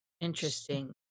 Interesting